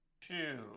two